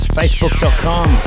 facebook.com